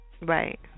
Right